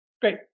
Great